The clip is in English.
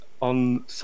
on